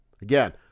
Again